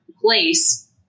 place